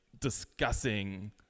discussing